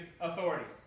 authorities